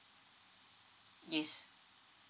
yes